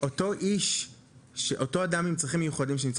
אותו אדם עם צרכים מיוחדים שנמצא